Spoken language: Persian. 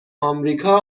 امریکا